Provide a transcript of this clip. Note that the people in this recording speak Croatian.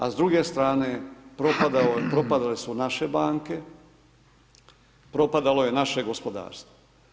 A s druge strane propadale su naše banke, propadalo je naše gospodarstvo.